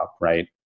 right